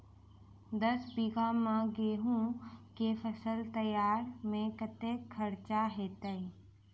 दस बीघा मे गेंहूँ केँ फसल तैयार मे कतेक खर्चा हेतइ?